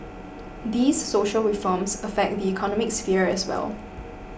these social reforms affect the economic sphere as well